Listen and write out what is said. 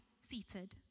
seated